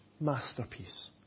masterpiece